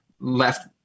left